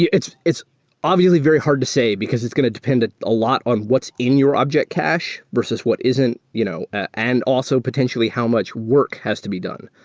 yeah it's it's obviously very hard to say, because it's going to depend a ah lot on what's in your object cache versus what isn't you know and also potentially how much work has to be done,